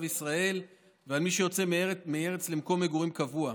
ישראל ועל מי שיוצא מהארץ למקום מגורים קבוע.